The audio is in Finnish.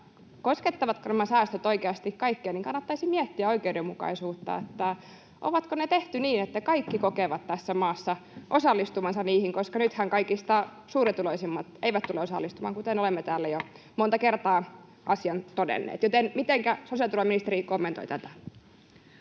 koskettavatko nämä säästöt oikeasti kaikkia, ja miettiä oikeudenmukaisuutta, onko ne tehty niin, että kaikki kokevat tässä maassa osallistuvansa niihin. Nythän kaikista suurituloisimmat eivät tule osallistumaan, kuten olemme täällä jo monta kertaa asian todenneet. Mitenkä sosiaaliturvaministeri kommentoi tätä?